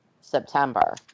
September